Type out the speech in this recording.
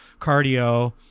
cardio